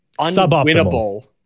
unwinnable